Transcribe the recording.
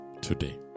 today